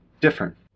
different